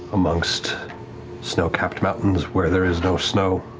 amongst snow-capped mountains where there is no snow.